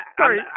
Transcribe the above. Sorry